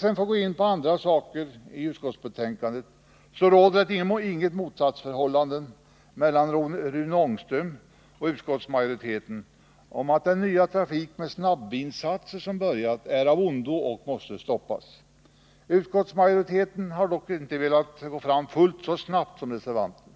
Sedan går jag över till att kommentera ett par andra saker i utskottsbetänkandet. Det råder inget motsatsförhållande mellan Rune Ångströms och utskottsmajoritetens uttalande om att den nya trafiken med snabbvinsatser är av ondo och att den måste stoppas. Utskottsmajoriteten har dock inte velat gå fram fullt så snabbt som reservanten.